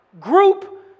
Group